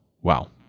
Wow